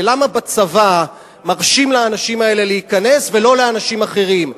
ולמה בצבא מרשים לאנשים האלה להיכנס ולא לאנשים אחרים,